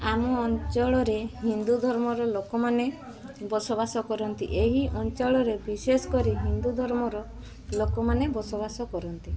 ଆମ ଅଞ୍ଚଳରେ ହିନ୍ଦୁ ଧର୍ମର ଲୋକମାନେ ବସବାସ କରନ୍ତି ଏହି ଅଞ୍ଚଳରେ ବିଶେଷକରି ହିନ୍ଦୁ ଧର୍ମର ଲୋକମାନେ ବସବାସ କରନ୍ତି